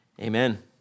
amen